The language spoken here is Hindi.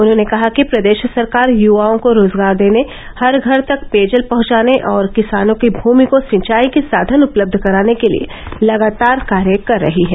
उन्होंने कहा कि प्रदेश सरकार युवाओं को रोजगार देने हर घर तक पेयजल पहुंचाने और किसानों की भूमि को सिंचाई के साधन उपलब्ध कराने के लिये लगातार कार्य कर रही है